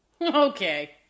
Okay